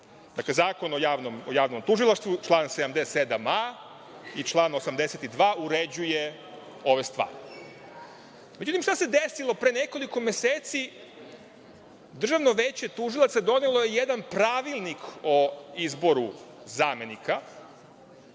Dakle, Zakon o javnom tužilaštvu član 77a i član 82. uređuje ove stvari.Međutim, šta se desilo pre nekoliko meseci. Državno veće tužilaca donelo je jedan pravilnik o izboru zamenika